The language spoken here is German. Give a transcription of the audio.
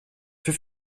für